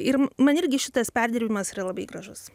ir man irgi šitas perdirbimas yra labai gražus